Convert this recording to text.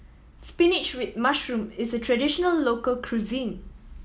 spinach with mushroom is a traditional local cuisine